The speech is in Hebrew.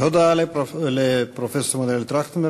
תודה לפרופסור מנואל טרכטנברג,